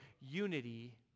unity